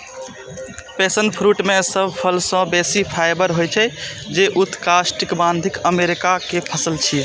passion fruit मे सब फल सं बेसी फाइबर होइ छै, जे उष्णकटिबंधीय अमेरिका के फल छियै